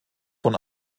von